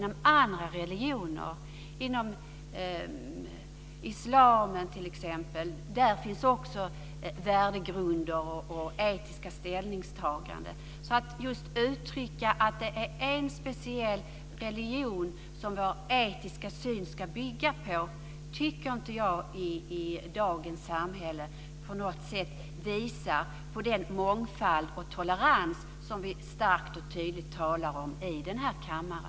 Också inom islam har man etiska värdegrunder och etiska ställningstaganden. Att uttrycka att det är en speciell religion som vår etiska syn ska bygga på i dagens samhälle visar inte på den mångfald och tolerans som vi starkt och tydligt talar om i denna kammare.